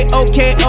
okay